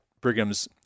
Brigham's